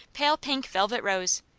pale-pink velvet rose.